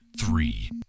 Three